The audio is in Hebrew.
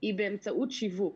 היא באמצעות שיווק.